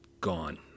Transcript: gone